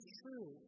true